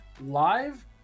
live